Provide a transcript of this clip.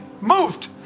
moved